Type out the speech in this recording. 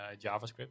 JavaScript